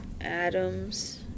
Adams